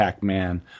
man